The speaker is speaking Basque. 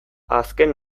azken